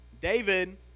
David